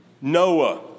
Noah